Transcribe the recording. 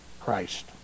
Christ